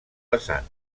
pesant